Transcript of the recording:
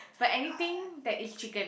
but anything that is chicken